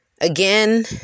Again